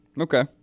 Okay